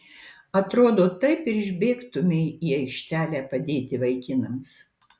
atrodo taip ir išbėgtumei į aikštelę padėti vaikinams